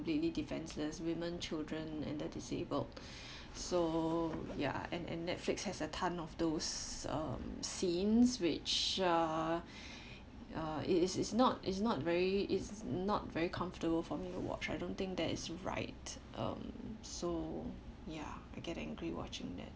completely defenceless women children and the disabled so ya and and netflix has a ton of those um scenes which uh uh it's it's not it's not very it's not very comfortable for me to watch I don't think that is right um so ya I get angry watching that